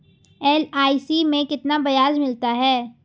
LIC में कितना ब्याज मिलता है?